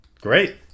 Great